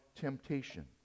temptation